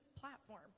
platform